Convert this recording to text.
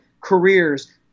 careers